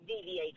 deviate